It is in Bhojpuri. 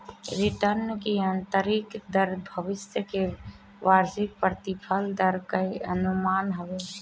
रिटर्न की आतंरिक दर भविष्य के वार्षिक प्रतिफल दर कअ अनुमान हवे